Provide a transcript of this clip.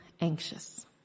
anxious